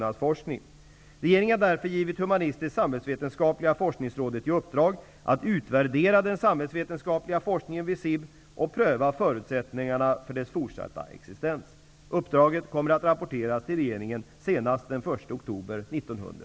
Regeringen har därför givit Humanistisksamhällsvetenskapliga forskningsrådet i uppdrag att utvärdera den samhällsvetenskapliga forskningen vid SIB och pröva förutsättningarna för dess fortsatta existens. Uppdraget kommer att rapporteras till regeringen senast den 1 oktober